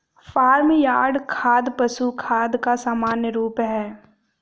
farm yard खाद पशु खाद का सामान्य रूप है